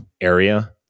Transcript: area